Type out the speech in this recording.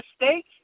mistake